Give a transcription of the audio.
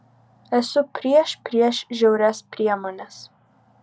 esu prieš prieš žiaurias priemones